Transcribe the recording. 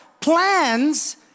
plans